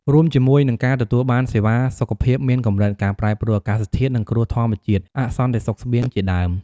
រួមជាមួយនិង ការទទួលបានសេវាសុខភាពមានកម្រិត ការប្រែប្រួលអាកាសធាតុ និងគ្រោះធម្មជាតិ អសន្តិសុខស្បៀង ជាដើម។